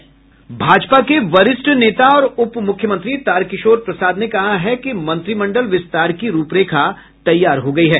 भाजपा के वरिष्ठ नेता और उप मुख्यमंत्री तारकिशोर प्रसाद ने कहा है कि मंत्रिमंडल विस्तार की रूप रेखा तैयार हो गयी है